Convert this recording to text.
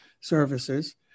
services